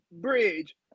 bridge